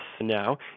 now